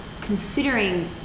considering